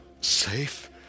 safe